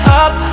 up